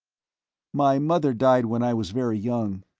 my mother died when i was very young,